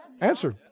Answer